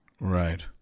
right